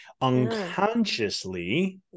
unconsciously